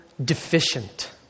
deficient